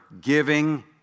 giving